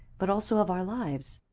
but also of our lives.